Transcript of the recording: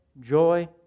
joy